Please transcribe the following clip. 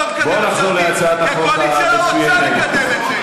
כי הקואליציה לא רוצה לקדם את זה.